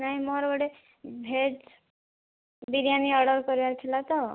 ନାଇଁ ମୋର ଗୋଟେ ଭେଜ୍ ବିରିୟାନୀ ଅର୍ଡ଼ର କରିବାର ଥିଲା ତ